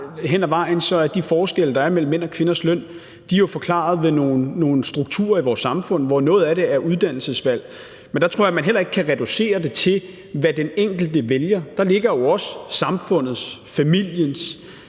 hen ad vejen er de forskelle, der er mellem mænds og kvinders løn, forklaret ved nogle strukturer i vores samfund, hvor noget af det er uddannelsesvalg. Men jeg tror ikke, at man kan reducere det til, hvad den enkelte vælger. Der ligger jo også samfundets og familiens